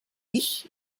ich